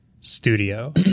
Studio